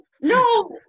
no